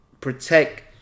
Protect